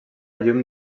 llum